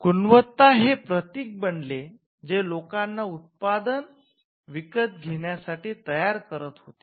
गुणवत्ता हे प्रतिक बनले जे लोकांना उत्पादन विकत घेण्यासाठी तयार करत होते